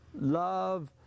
love